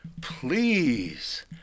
Please